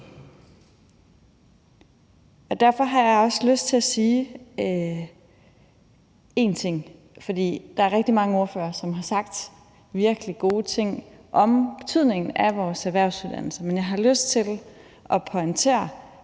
Derfor har jeg også lyst til at sige en ting. Der er rigtig mange ordførere, som har sagt virkelig gode ting om betydningen af vores erhvervsuddannelser, men jeg har lyst til at pointere,